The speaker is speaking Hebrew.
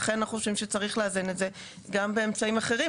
לכן אנחנו חושבים שצריך לאזן את זה גם באמצעים אחרים,